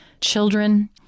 children